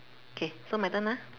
K so my turn ah